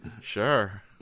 sure